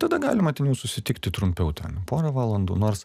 tada galima ten jau susitikti trumpiau ten porą valandų nors